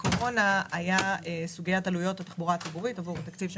- הייתה סוגיית עלויות התחבורה הציבורית בתקציב של